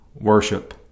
worship